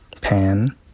pan